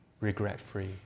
regret-free